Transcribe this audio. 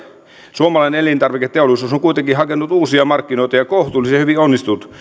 suomalainen elintarviketeollisuus on kuitenkin hakenut uusia markkinoita ja kohtuullisen hyvin onnistunut